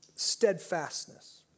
steadfastness